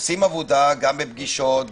עושים עבודה גם בפגישות,